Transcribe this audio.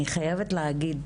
אני חייבת להגיד